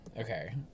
Okay